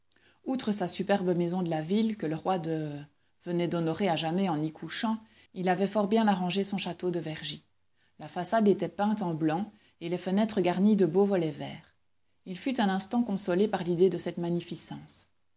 outre sa superbe maison de la ville que le roi de venait d'honorer à jamais en y couchant il avait fort bien arrangé son château de vergy la façade était peinte en blanc et les fenêtres garnies de beaux volets verts il fut un instant consolé par l'idée de cette magnificence